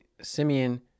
Simeon